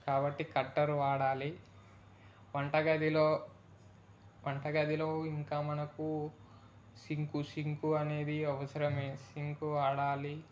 కాబట్టి కట్టరు వాడాలి వంటగదిలో వంటగదిలో ఇంకా మనకి సింకు సింకు అనేది అవసరమే సింకు వాడాలి